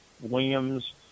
Williams